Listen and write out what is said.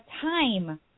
time